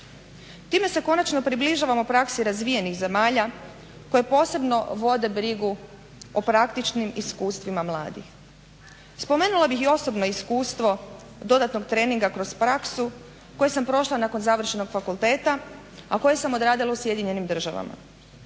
Time se konačno približavamo praksi razvijenih zemalja koje posebno vode brigu o praktičnim iskustvima mladih. Spomenula bih i osobno iskustvo dodatnog treninga kroz praksu koji sam prošla nakon završenog fakulteta, a koje sam odradila u Sjedinjenim Državama.